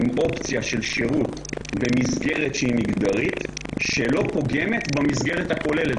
עם אופציה של שירות במסגרת שהיא מגדרית שלא פוגמת במסגרת הכוללת.